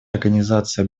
организации